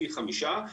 פי חמישה.